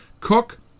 cook